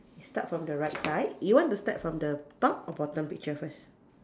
start from the right side you want to start from the top or bottom picture first